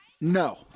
No